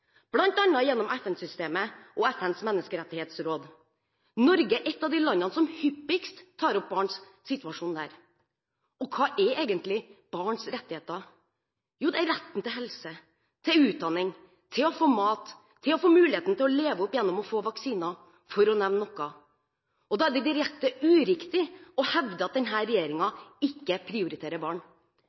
gjennom FN-systemet og FNs menneskerettighetsråd. Norge er et av de landene som hyppigst tar opp barns situasjon der. Hva er egentlig barns rettigheter? Jo, det er retten til helse, til utdanning, til å få mat og til å få muligheten til å leve opp gjennom å få vaksiner, for å nevne noe. Da er det direkte uriktig å hevde at denne regjeringen ikke prioriterer barn.